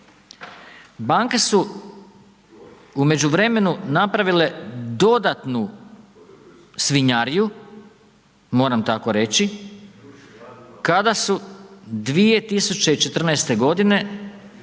Banke su u međuvremenu napravile dodatnu svinjariju, moram tako reći, kada su 2014.g. na